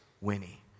Winnie